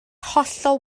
hollol